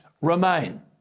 Remain